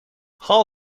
hall